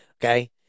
okay